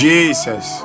Jesus